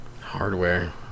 Hardware